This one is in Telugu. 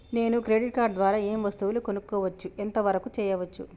నేను క్రెడిట్ కార్డ్ ద్వారా ఏం వస్తువులు కొనుక్కోవచ్చు ఎంత వరకు చేయవచ్చు?